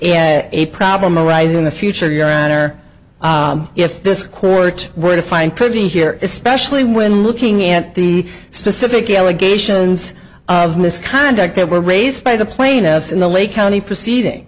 see a problem arising in the future your honor if this court were to find privy here especially when looking at the specific allegations of misconduct that were raised by the plaintiffs in the lake county proceeding